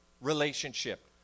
relationship